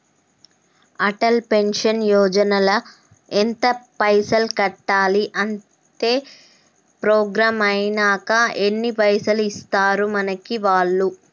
Atal pension Yojana ల ఎంత పైసల్ కట్టాలి? అత్తే ప్రోగ్రాం ఐనాక ఎన్ని పైసల్ ఇస్తరు మనకి వాళ్లు?